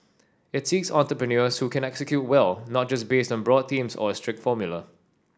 it seeks entrepreneurs who can execute well not just based on broad themes or a strict formula